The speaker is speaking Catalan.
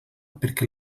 perquè